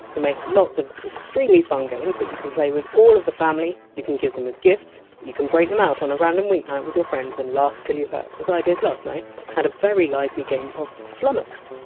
who make lots of extremely fun games that you can play with all the family, you can give them as gifts, you can break them out on a random weeknight with your friends and laugh till you hurt, as i did last night had a very lively game of flummoxed,